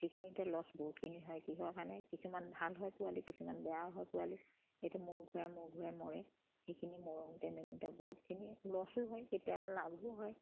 সেইখিনিতে লছ বহুখিনি হয় কিহৰ কাৰণে কিছুমান ভাল হয় পোৱালি কিছুমান বেয়াও হয় পোৱালি এতিয়া মূৰ ঘূৰাই মূৰ ঘূৰাই মৰে সেইখিনি মৰোতে মেলোতে বহুতখিনি লছো হয় কেতিয়াবা লাভো হয়